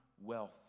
wealth